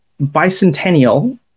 bicentennial